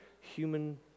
human